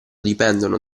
dipendono